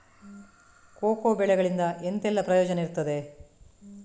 Cocoa ಬೆಳೆಗಳಿಂದ ಎಂತೆಲ್ಲ ಪ್ರಯೋಜನ ಇರ್ತದೆ?